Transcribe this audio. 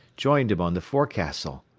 joined him on the forecastle.